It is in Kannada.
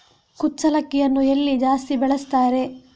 ಕುಚ್ಚಲಕ್ಕಿಯನ್ನು ಎಲ್ಲಿ ಜಾಸ್ತಿ ಬೆಳೆಸ್ತಾರೆ?